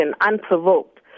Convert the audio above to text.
unprovoked